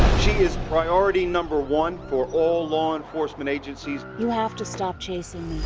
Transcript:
she is priority number one for all law enforcement agencies. you have to stop chasing